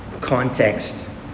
Context